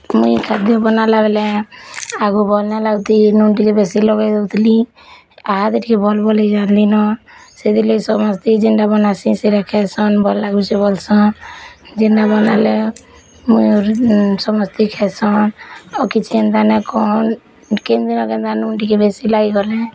ମୁଇଁ ଖାଦ୍ୟ ବନାବା ବେଲେ ଆଗ ବନା ଲାଗୁଛି ମୁଁ ଟିକେ ନୁନ୍ ବେଶୀ ଲଗେଇ ଦଉଥିଲି ଆଗ୍ ଟିକେ ଭଲ୍ ଭଲ୍ ଜଳି ନ ସେଥି ଲାଗି ସମସ୍ତେ ଯେନ୍ତା ବନାସି ସେଇଟା ଖାଇନସ୍ ଭଲ୍ ଲାଗୁସି ବୋଲ୍ସନ୍ ଯେନ୍ତା ବନାଲୋ ମୋର ସମସ୍ତେ ଖାଇସନ୍ ଆଉ କିଛି ଚିନ୍ତା ନ କର୍ କେମିତି ନା କେମିତି ନୁନ୍ ଟିକେ ବେଶୀ ଲାଗି ଗଲେ